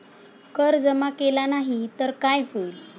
कर जमा केला नाही तर काय होईल?